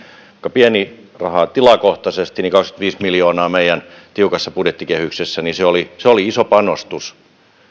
pieni raha tilakohtaisesti niin kaksikymmentäviisi miljoonaa meidän tiukassa budjettikehyksessä oli iso panostus